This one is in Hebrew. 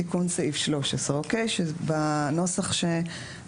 תיקון סעיף 13 נמצא בסופו של העמוד הראשון שבנוסח שלפניכם.